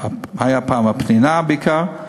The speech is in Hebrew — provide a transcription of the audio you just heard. היה פעם הפנינה, העיקר.